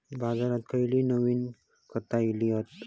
बाजारात खयली नवीन खता इली हत?